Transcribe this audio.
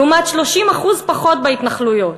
לעומת 30% פחות בהתנחלויות.